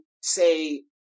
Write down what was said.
say